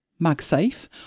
MagSafe